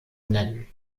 nennen